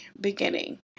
beginning